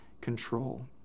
control